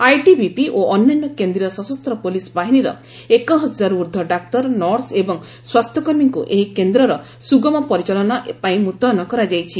ITBP ଓ ଅନ୍ୟାନ୍ୟ କେନ୍ଦ୍ରୀୟ ସଶସ୍ତ ପୁଲିସ ବାହିନୀର ଏକହଜାରରରୁ ଉର୍ଦ୍ଧ୍ୱ ଡାକ୍ତର ନର୍ସ ଏବଂ ସ୍ୱାସ୍ଥ୍ୟ କର୍ମୀଙ୍କୁ ଏହି କେନ୍ଦ୍ରର ସୁଗମ ପରିଚାଳନା ପାଇଁ ମୁତୟନ କରାଯାଇଛି